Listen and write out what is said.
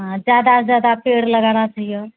जादासँ जादा पेड़ लगाना चाहिए